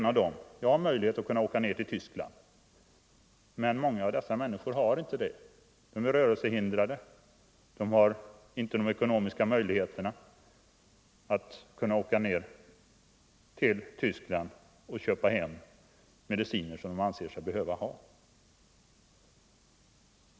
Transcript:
Måndagen den Jag har möjlighet att åka till Tyskland, men många människor har inte 2 december 1974 det. De är rörelsehindrade. De har inte de ekonomiska möjligheterna att åka ned till Tyskland och köpa hem mediciner som de anser sig Ång. rätten att behöva.